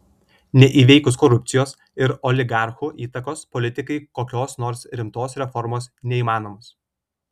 neįveikus korupcijos ir oligarchų įtakos politikai kokios nors rimtos reformos neįmanomos